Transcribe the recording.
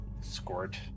squirt